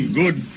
good